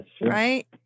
right